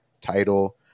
title